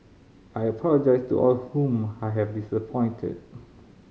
I apologise to all whom I have disappointed